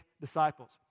disciples